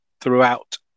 throughout